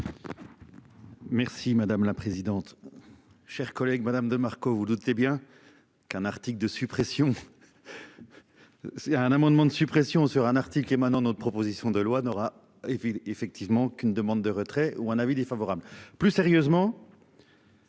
Merci madame la présidente. Chers collègues Madame de Marco. Vous doutez bien qu'un article de suppression. C'est un amendement de suppression sur un article et maintenant notre proposition de loi n'aura et puis effectivement qu'une demande de retrait ou un avis défavorable. Plus sérieusement.